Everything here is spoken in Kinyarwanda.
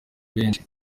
benshi